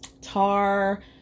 Tar